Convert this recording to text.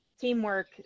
Teamwork